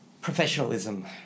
professionalism